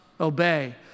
obey